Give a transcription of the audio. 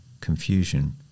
confusion